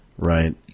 Right